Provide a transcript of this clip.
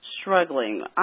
struggling